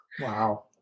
Wow